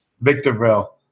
Victorville